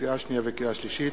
לקריאה שנייה ולקריאה שלישית: